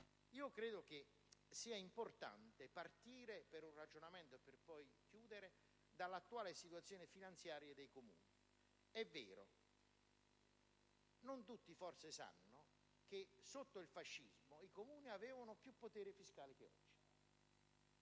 Io credo che sia importante partire, per poi chiudere, dall'attuale situazione finanziaria dei Comuni. È vero: non tutti forse sanno che, sotto il fascismo, i Comuni avevano più potere fiscale di oggi.